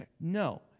No